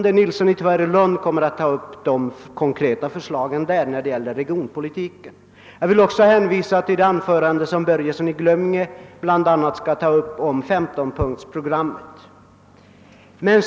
Herr Nilsson i Tvärålund kommer då att redogöra för våra konkreta förslag beträffande regionpolitiken, och herr Börjesson i Glömminge skall bl.a. beröra 15 punktersprogrammet.